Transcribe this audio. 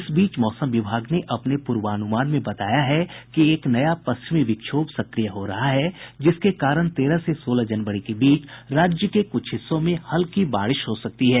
इस बीच मौसम विभाग ने अपने पूर्वानुमान में बताया है कि एक नया पश्चिमी विक्षोभ सक्रिय हो रहा है जिसके कारण तेरह से सोलह जनवरी के बीच राज्य के कुछ हिस्सों में हल्की बारिश हो सकती है